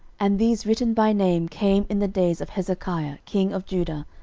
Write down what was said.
and these written by name came in the days of hezekiah king of judah,